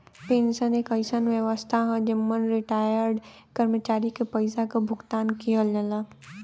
pension एक अइसन व्यवस्था हौ जेमन रिटार्यड कर्मचारी के पइसा क भुगतान किहल जाला